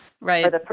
Right